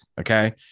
Okay